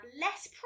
less